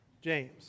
James